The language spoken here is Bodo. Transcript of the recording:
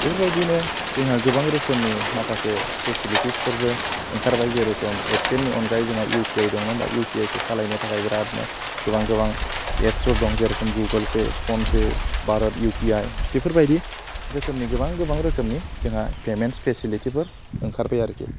बेफोरबायदिनो जोंहा गोबां रोखोमनि माखासे फेसिलिटिसफोरबो ओंखारबाय जेरोखोम ए टि एमनि अनगायै जोंहा इउ पि आइ दं नङा होम्बा इउ पि आइखौ सालायनो थाखाय बिराटनो गोबां गोबां एप्सफोर दं जेरोखोम Google pay phone pay Bharat U P I बेफोरबायदि रोखोमनि गोबा गोबां रोखोमनि जोंहा पेमेन्ट्स फेसिलिटिफोर ओंखारबाय आरोखि